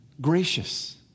gracious